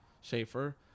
Schaefer